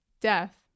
death